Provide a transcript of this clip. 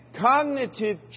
cognitive